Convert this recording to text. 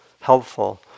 helpful